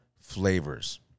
flavors